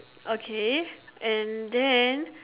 okay and then